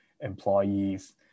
employees